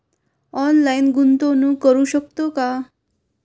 Online गुंतवणूक करू शकतो का?